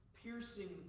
piercing